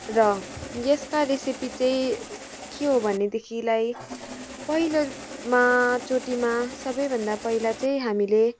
र यसका रेसिपी चाहिँ के हो भनेदेखिलाई पहिलोमा चोटिमा सबैभन्दा पहिला चाहिँ हामीले